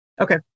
Okay